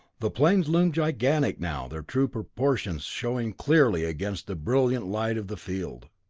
the planes loomed gigantic now, their true proportions showing clearly against the brilliant light of the field.